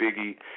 Biggie